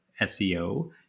SEO